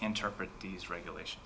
interpret these regulation